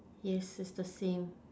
yes is the same